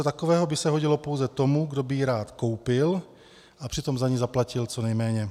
Něco takového by se hodilo pouze tomu, kdo by ji rád koupil a přitom za ni zaplatil co nejméně.